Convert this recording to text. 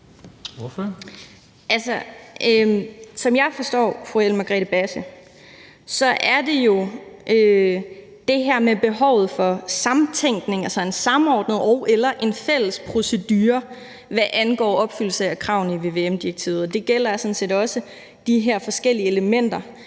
Margrethe Basse, er det jo det her med behovet for samtænkning, altså en samordnet og/eller en fælles procedure, hvad angår opfyldelse af kravene i vvm-direktivet, og det gælder sådan set også de her forskellige elementer,